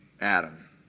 Adam